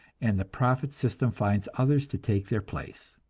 and the profit system finds others to take their place.